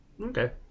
Okay